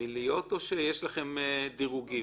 או שיש לכם דירוגים?